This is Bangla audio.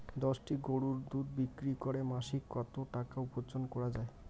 দশটি গরুর দুধ বিক্রি করে মাসিক কত টাকা উপার্জন করা য়ায়?